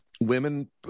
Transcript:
women